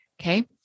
Okay